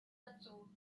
dazu